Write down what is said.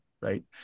right